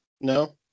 No